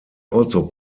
also